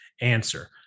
answer